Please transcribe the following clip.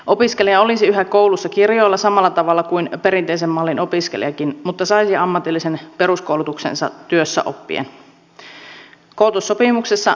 opiskelija olisi yhä koulussa kirjoilla samalla tavalla kuin perinteisen mallin opiskelijakin mutta saisi ammatillisen peruskoulutuksensa työssä oppien